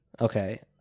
Okay